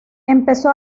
empezó